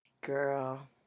Girl